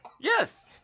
Yes